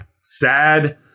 sad